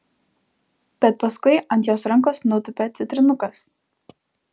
bet paskui ant jos rankos nutupia citrinukas